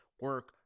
Work